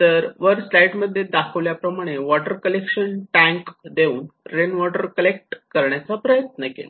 तर वर स्लाइड मध्ये दाखवल्याप्रमाणे वाटर कलेक्शन टँक देऊन रेन वॉटर कलेक्ट करण्याचा प्रयत्न केला